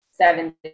seven